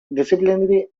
disciplinary